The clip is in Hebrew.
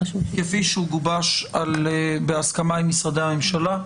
כפי שגובש בהסכמה עם משרדי הממשלה.